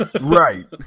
Right